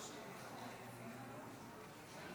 נגד, 41, אין